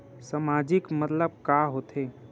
सामाजिक मतलब का होथे?